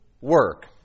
work